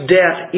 death